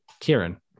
Kieran